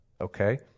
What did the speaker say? okay